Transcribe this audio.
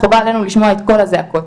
חובה עלינו לשמוע את כל הזעקות,